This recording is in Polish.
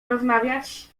rozmawiać